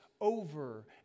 over